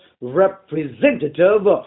representative